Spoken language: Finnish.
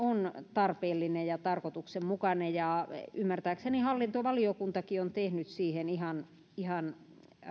tarpeellinen ja tarkoituksenmukainen ja ymmärtääkseni hallintovaliokuntakin on tehnyt siihen ihan ihan